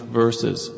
verses